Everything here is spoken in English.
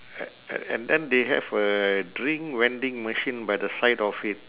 a~ a~ and then they have a drink vending machine by the side of it